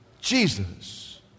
Jesus